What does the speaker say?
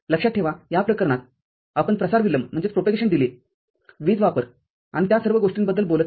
लक्षात ठेवा या प्रकरणातआपण प्रसार विलंबवीज वापर आणि त्या सर्व गोष्टींबद्दल बोलत नाही